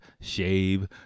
Shave